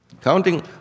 Counting